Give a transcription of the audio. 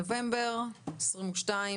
נובמבר 2022,